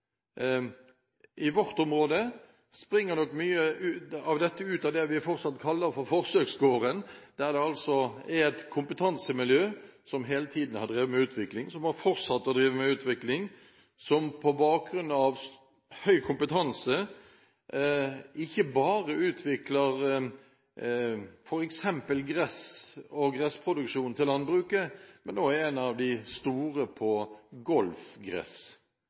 I vårt område springer nok mye av dette ut av det man fortsatt kaller for forsøksgården, der det er et kompetansemiljø som hele tiden har drevet med utvikling, som har fortsatt å drive med utvikling, og som på grunn av høy kompetanse ikke bare utvikler f.eks. gress og gressproduksjon til landbruket, men som også er en av de store på golfgress.